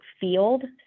field